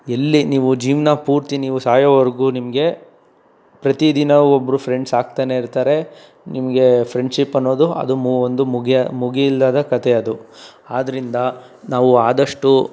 ಎಲ್ಲಿ ನೀವು ಜೀವನ ಪೂರ್ತಿ ನೀವು ಸಾಯೋವರೆಗೂ ನಿಮಗೆ ಪ್ರತಿ ದಿನವೂ ಒಬ್ಬರು ಫ್ರೆಂಡ್ಸ್ ಆಗ್ತಾನೆ ಇರ್ತಾರೆ ನಿಮಗೆ ಫ್ರೆಂಡ್ಶಿಪ್ ಅನ್ನೋದು ಅದು ಮು ಒಂದು ಮುಗಿಯ ಮುಗಿಯಿಲ್ಲದ ಕಥೆ ಅದು ಆದ್ದರಿಂದ ನಾವು ಆದಷ್ಟು